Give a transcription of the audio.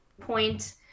point